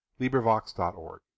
LibriVox.org